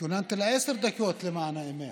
התכוננתי לעשר דקות, למען האמת.